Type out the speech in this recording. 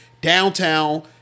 downtown